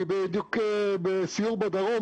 אני בדיוק בסיור בדרום,